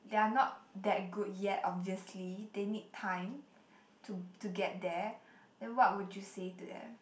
they're not that good yet obviously they need time to to get there then what would you say to them